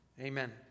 Amen